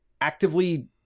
actively